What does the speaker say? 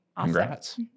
congrats